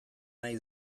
nahi